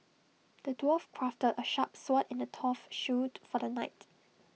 the dwarf crafted A sharp sword and A tough shield for the knight